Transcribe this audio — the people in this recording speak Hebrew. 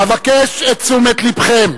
אבקש את תשומת לבכם.